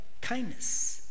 Kindness